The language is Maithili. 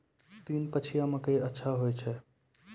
तीन पछिया मकई अच्छा होय छै?